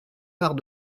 part